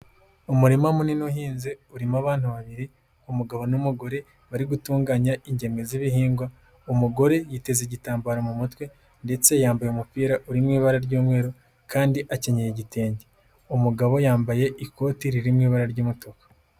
Umurima munini uhinze urimo abantu babiri umugabo n'umugore bari gutunganya ingemwe z'ibihingwa, umugore yiteze igitambaro mu mutwe ndetse yambaye umupira uri mu ibara ry'umweru kandi akenyeye igitenge, umugabo yambaye ikoti riri mu ibara ry'umutuku.